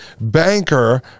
banker